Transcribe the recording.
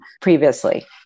previously